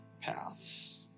paths